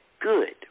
good